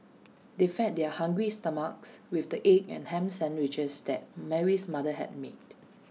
they fed their hungry stomachs with the egg and Ham Sandwiches that Mary's mother had made